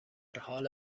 حال